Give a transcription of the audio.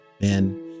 men